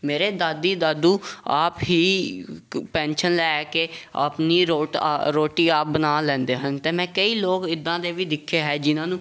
ਮੇਰੇ ਦਾਦੀ ਦਾਦੂ ਆਪ ਹੀ ਪੈਨਸ਼ਨ ਲੈ ਕੇ ਆਪਣੀ ਰੋਟ ਰੋਟੀ ਆਪ ਬਣਾ ਲੈਂਦੇ ਹਨ ਅਤੇ ਮੈਂ ਕਈ ਲੋਕ ਇੱਦਾਂ ਦੇ ਵੀ ਦੇਖੇ ਹੈ ਜਿਹਨਾਂ ਨੂੰ